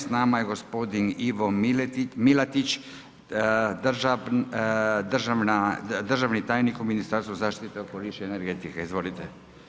S nama je gospodin Ivo Milatić, državni tajnik u Ministarstvu zaštite okoliša i energetike, izvolite.